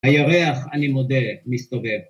‫הירח, אני מודה, מסתובב.